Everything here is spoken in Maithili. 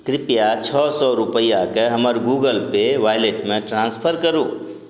कृपया छओ सओ रुपैआकेँ हमर गूगलपे वॉलेटमे ट्रान्सफर करू